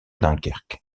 dunkerque